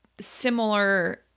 similar